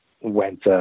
went